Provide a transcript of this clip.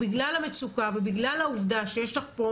בגלל המצוקה ובגלל העובדה שיש לך פה